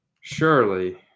Surely